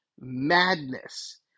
madness